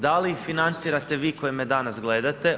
Dal ih financirate vi koji me danas gledate?